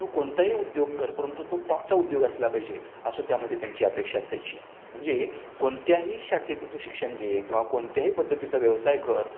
तो कोणताही उद्योग कर परंतु तो टॉपचा उद्योग असला पाहिजे असं त्यामध्ये त्यांची अपेक्षा असायची म्हणजे कोणत्याही शाखेचं तू शिक्षण घे किंवा कोणत्याही पद्धतीचा व्यवसाय कर